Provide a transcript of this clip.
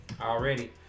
Already